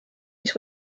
mis